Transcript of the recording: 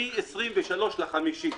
מ-23 במאי.